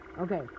Okay